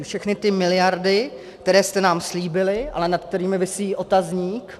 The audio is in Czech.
Všechny ty miliardy, které jste nám slíbili, ale nad kterými visí otazník?